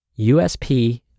USP